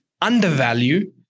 undervalue